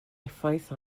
effaith